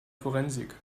forensik